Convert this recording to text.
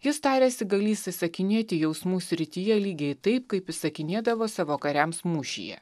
jis tariasi galintis įsakinėti jausmų srityje lygiai taip kaip įsakinėdavo savo kariams mūšyje